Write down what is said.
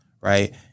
right